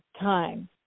time